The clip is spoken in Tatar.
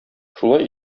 шулай